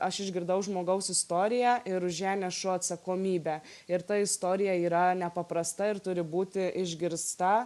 aš išgirdau žmogaus istoriją ir už ją nešu atsakomybę ir ta istorija yra nepaprasta ir turi būti išgirsta